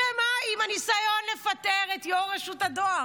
ומה עם הניסיון לפטר את יושב-ראש רשות הדואר?